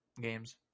games